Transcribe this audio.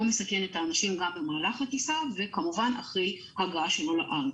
מסכן את האנשים גם במהלך הטיסה וכמובן גם אחרי הגעה שלו לארץ.